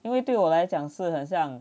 因为对我来讲是很像